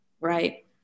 Right